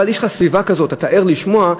אבל יש לך סביבה כזאת ואתה ער לשמוע,